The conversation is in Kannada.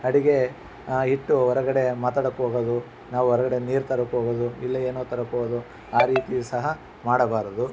ಅಡುಗೆ ಇಟ್ಟು ಹೊರಗಡೆ ಮಾತಾಡಕ್ಕೆ ಹೋಗೋದು ನಾವು ಹೊರ್ಗಡೆ ನೀರು ತರಕ್ಕೆ ಹೋಗೋದು ಇಲ್ಲೇ ಏನೋ ತರಕ್ಕೆ ಹೋಗೋದು ಆ ರೀತಿ ಸಹ ಮಾಡಬಾರದು